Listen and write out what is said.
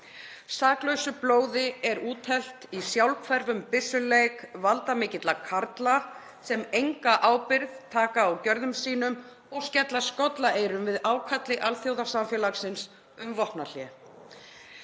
Saklausu blóði er úthellt í sjálfhverfum byssuleik valdamikilla karla sem enga ábyrgð taka á gjörðum sínum og skella skollaeyrum við ákalli alþjóðasamfélagsins um vopnahlé.